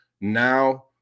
Now